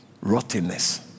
rottenness